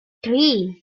three